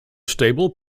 stable